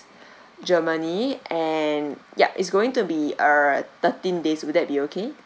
germany and yup it's going to be uh thirteen days will that be okay